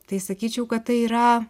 tai sakyčiau kad tai yra